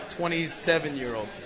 27-year-old